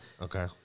Okay